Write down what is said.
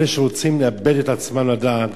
אלה שרוצים לאבד את עצמם לדעת